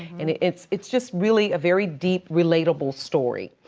and it's it's just really a very deep, relatable story.